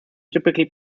typically